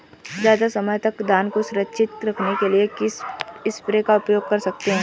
ज़्यादा समय तक धान को सुरक्षित रखने के लिए किस स्प्रे का प्रयोग कर सकते हैं?